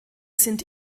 sind